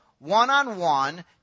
one-on-one